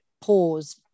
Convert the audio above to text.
pause